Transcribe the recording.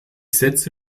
setze